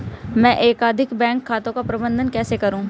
मैं एकाधिक बैंक खातों का प्रबंधन कैसे करूँ?